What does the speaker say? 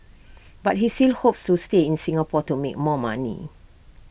but he still hopes to stay in Singapore to make more money